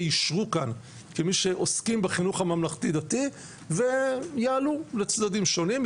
יישרו כאן כמי שעוסקים בחינוך הממלכתי דתי ויעלו לצדדים שונים,